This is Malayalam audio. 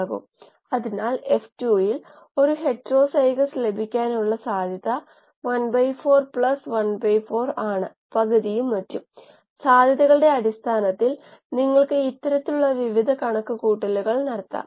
കൂടാതെ ബയോറിയാക്ടറിൽ സ്ഥിരമായി അലിഞ്ഞുപോയ ഓക്സിജൻ സാന്ദ്രതയും സ്ഥിരമായ റെയ്നോൾഡ്സ് നമ്പറും നോക്കുന്നു